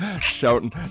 shouting